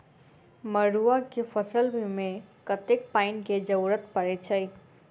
मड़ुआ केँ फसल मे कतेक पानि केँ जरूरत परै छैय?